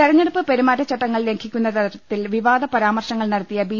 തെരഞ്ഞെടുപ്പ് പെരുമാറ്റച്ചട്ടങ്ങൾ ലംഘിക്കുന്ന തര ത്തിൽ വിവാദ പരാമർശങ്ങൾ നടത്തിയ ബി